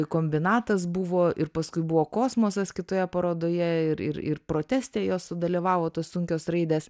kombinatas buvo ir paskui buvo kosmosas kitoje parodoje ir ir proteste jos sudalyvavo tos sunkios raidės